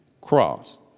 cross